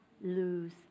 lose